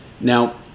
Now